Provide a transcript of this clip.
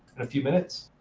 in a few minutes.